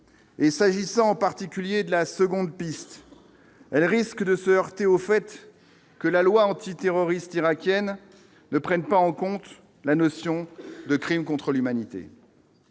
et, s'agissant en particulier de la seconde piste, elle risque de s'heurtée au fait que la loi antiterroriste irakienne ne prennent pas en compte la notion de Crime contre l'humanité.